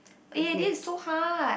eh this is so hard